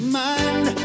mind